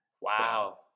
Wow